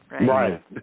Right